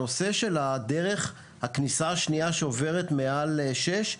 הנושא של הדרך, הכניסה השנייה שעוברת מעל כביש 6,